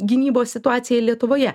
gynybos situaciją lietuvoje